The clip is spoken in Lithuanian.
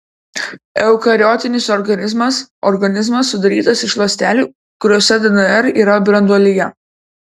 eukariotinis organizmas organizmas sudarytas iš ląstelių kuriose dnr yra branduolyje